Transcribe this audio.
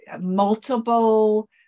multiple